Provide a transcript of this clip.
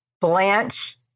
Blanche